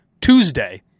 Tuesday